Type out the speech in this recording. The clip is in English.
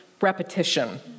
repetition